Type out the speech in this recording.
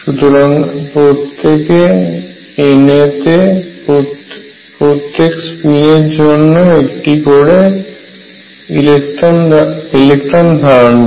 সুতরাং প্রত্যেক Na তে প্রত্যেক স্পিন এর জন্য 1টি করে ইলেকট্রন ধারণ করে